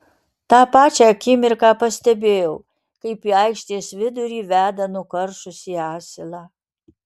tą pačią akimirką pastebėjau kaip į aikštės vidurį veda nukaršusį asilą